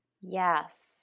Yes